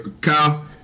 Kyle